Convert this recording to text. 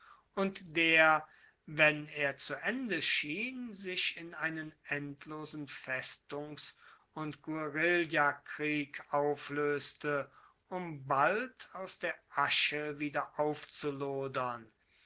und der wenn er zu ende schien sich in einen endlosen festungs und guerillakrieg aufloeste um bald aus der asche wieder aufzulodern